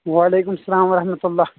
وعلیکم السلام ورحمتُہ اللہ